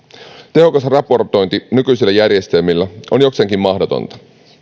tehokas raportointi nykyisillä järjestelmillä on jokseenkin mahdotonta